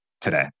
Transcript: today